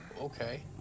Okay